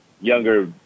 younger